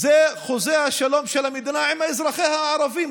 זה חוזה השלום של המדינה עם אזרחיה הערבים,